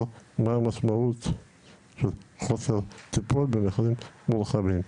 מה המשמעות של חוסר טיפול --- מורחבים.